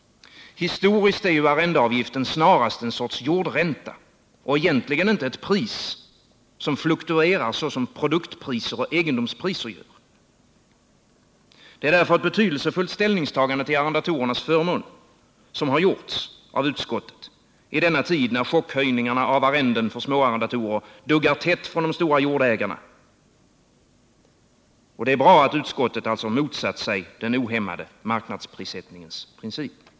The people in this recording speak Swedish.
Historiskt är ju arrendeavgiften snarast en sorts jordränta och egentligen inte ett pris, som fluktuerar såsom produktpriser och egendomspriser. Det är därför ett betydelsefullt ställningstagande till arrendatorernas förmån som har gjorts av utskottet i denna tid när chockhöjningarna av arrenden duggar tätt från de stora jordägarna. Det är alltså bra att utskottet motsatt sig den ohämmade marknadsprissättningens princip.